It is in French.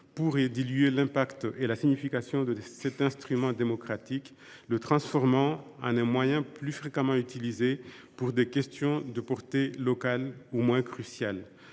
pourrait diluer l’impact et la signification de cet instrument démocratique, le transformant en un moyen plus fréquemment utilisé pour des questions de portée locale ou moins cruciales.